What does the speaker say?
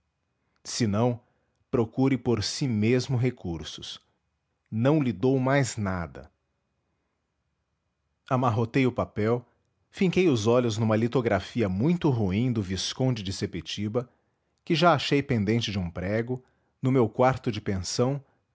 se não procure por si mesmo recursos não lhe dou mais nada amarrotei o papel finquei os olhos numa litografia muito ruim do visconde de sepetiba que já achei pendente de um prego no meu quarto de pensão